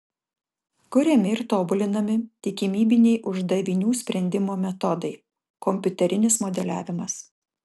kuriami ir tobulinami tikimybiniai uždavinių sprendimo metodai kompiuterinis modeliavimas